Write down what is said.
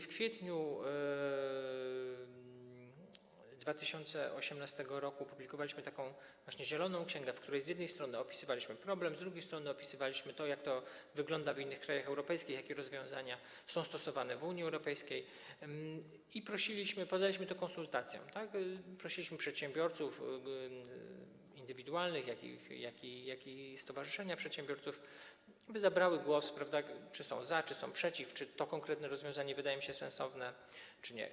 W kwietniu 2018 r. publikowaliśmy właśnie taką zieloną księgę, w której z jednej strony opisywaliśmy problem, a z drugiej strony opisywaliśmy, jak to wygląda w innych krajach europejskich, jakie rozwiązania są stosowane w Unii Europejskiej, i poddaliśmy to konsultacjom, prosiliśmy przedsiębiorców indywidualnych, jak również stowarzyszenia przedsiębiorców, by zabrali głos, czy są za, czy są przeciw, czy to konkretne rozwiązanie wydaje im się sensowne, czy nie.